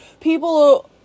people